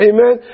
Amen